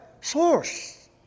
source